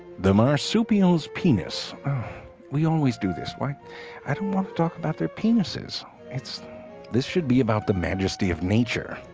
the marsupials penis we always do this why i don't want to talk about their penises its this should be about the majesty of nature.